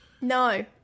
No